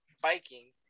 biking